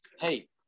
Hey